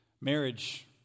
Marriage